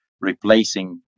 replacing